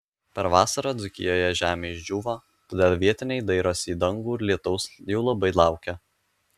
per vasarą dzūkijoje žemė išdžiūvo todėl vietiniai dairosi į dangų ir lietaus jau labai laukia